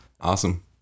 Awesome